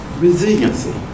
resiliency